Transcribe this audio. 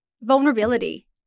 vulnerability